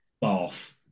Bath